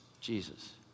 Jesus